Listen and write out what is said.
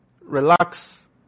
relax